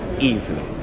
easily